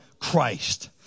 Christ